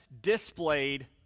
displayed